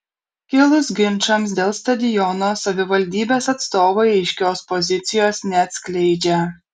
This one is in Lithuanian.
kilus ginčams dėl stadiono savivaldybės atstovai aiškios pozicijos neatskleidžia